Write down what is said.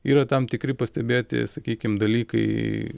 yra tam tikri pastebėti sakykim dalykai